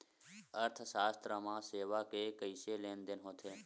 अर्थशास्त्र मा सेवा के कइसे लेनदेन होथे?